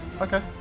Okay